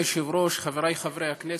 אדוני היושב-ראש, חבריי חברי הכנסת,